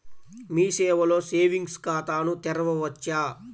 మీ సేవలో సేవింగ్స్ ఖాతాను తెరవవచ్చా?